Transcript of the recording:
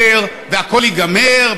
נקום בבוקר והכול ייגמר,